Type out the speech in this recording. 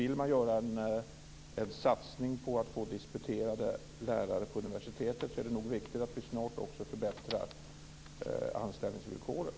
Vill vi göra en satsning på att få disputerade lärare på universiteten är det nog viktigt att vi snart också förbättrar anställningsvillkoren.